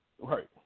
Right